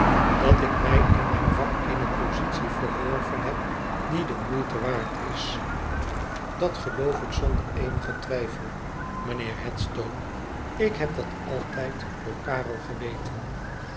dat ik mij in mijn vak eene positie verworven heb die de moeite waard is dat geloof ik zonder eenigen twijfel mijnheer headstone ik heb dat altijd door karel geweten